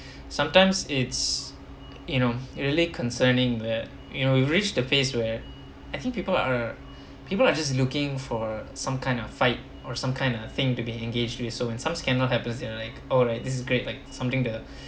sometimes it's you know it really concerning where you know we reached the phase where I think people are people are just looking for some kind of fight or some kind of thing to be engaged with so in some scandal happens you know like oh this is great like something the